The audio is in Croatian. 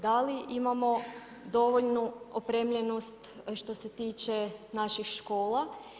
Da li imamo dovoljnu opremljenost što se tiče naših škola?